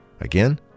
Again